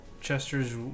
Chester's